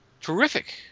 terrific